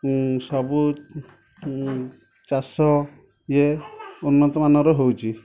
ସବୁ ଚାଷ ଇଏ ଉନ୍ନତ ମାନର ହେଉଛି